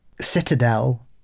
citadel